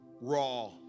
Raw